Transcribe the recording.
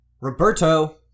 Roberto